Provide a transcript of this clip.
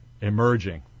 emerging